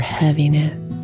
heaviness